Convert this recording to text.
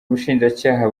ubushinjacyaha